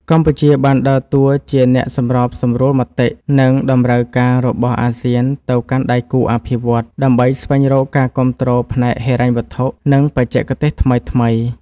កម្ពុជាបានដើរតួជាអ្នកសម្របសម្រួលមតិ និងតម្រូវការរបស់អាស៊ានទៅកាន់ដៃគូអភិវឌ្ឍន៍ ដើម្បីស្វែងរកការគាំទ្រផ្នែកហិរញ្ញវត្ថុ និងបច្ចេកទេសថ្មីៗ។